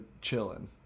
chilling